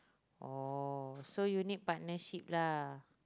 oh so you need partnership lah